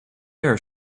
are